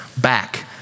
back